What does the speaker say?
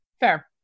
Fair